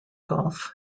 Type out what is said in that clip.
golf